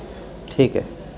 ٹھیک ہے